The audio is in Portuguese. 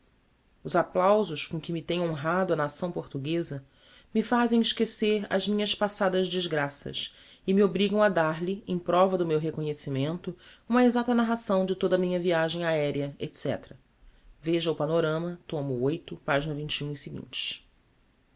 os applausos com que me tem honrado a nação portugueza me fazem esquecer as minhas passadas desgraças e me obrigam a dar-lhe em prova do meu reconhecimento uma exacta narração de toda a minha viagem aerea etc veja o